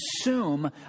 assume